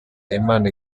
imana